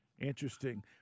Interesting